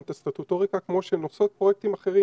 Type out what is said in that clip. את הסטטוטוריקה כמו שהן עושות בפרויקטים אחרים.